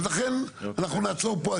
אז לכן אנחנו נעצור פה.